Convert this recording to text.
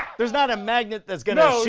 there's not a magnet that's going to